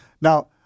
Now